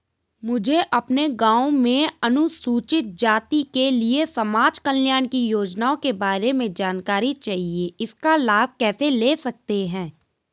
मुझे अपने गाँव में अनुसूचित जाति के लिए समाज कल्याण की योजनाओं के बारे में जानकारी चाहिए इसका लाभ कैसे ले सकते हैं?